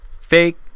Fake